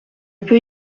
peut